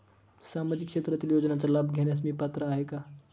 सामाजिक क्षेत्रातील योजनांचा लाभ घेण्यास मी पात्र आहे का?